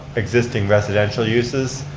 existing residential uses.